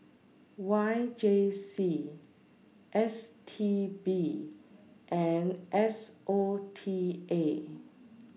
Y J C S T B and S O T A